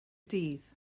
dydd